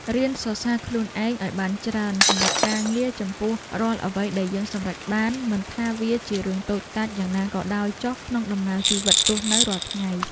រៀនសរសើរខ្លួនឯងឱ្យបានច្រើនសម្រាប់ការងារចំពោះរាល់អ្វីដែលយើងសម្រេចបានមិនថាវារឿងតូចតាចយ៉ាងណាក៏ដោយចុះក្នុងដំណើរជីវិតរស់នៅរាល់ថ្ងៃ។